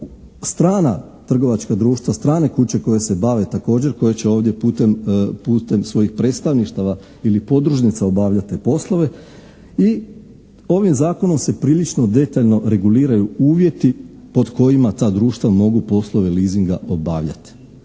strana trgovačka društva. Strane kuće koje se bave također koje će ovdje putem, putem svojih predstavništava ili podružnica obavljati te poslove i ovim Zakonom se prilično detaljno reguliraju uvjeti pod kojima ta društva mogu poslove leasinga obavljati.